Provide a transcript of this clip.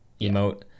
emote